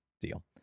deal